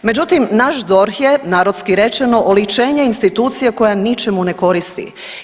Međutim, naš DORH je, narodski rečeno, oličenje institucije koja ničemu ne koristi.